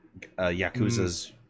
yakuza's